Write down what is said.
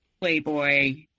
playboy